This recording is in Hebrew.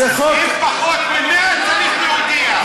אם פחות מ-100, צריך להודיע.